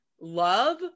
love